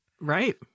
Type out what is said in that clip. Right